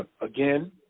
Again